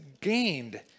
gained